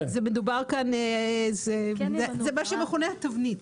זה מה שמכונה תבנית.